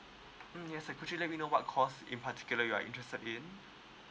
mm yes uh could you let me know what course in particular you're interested in